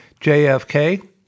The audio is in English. JFK